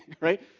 Right